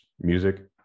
music